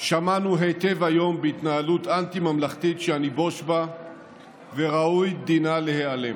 שמענו היטב היום בהתנהלות אנטי-ממלכתית שאני בוש בה וראוי דינה להיעלם.